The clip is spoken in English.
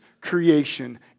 creation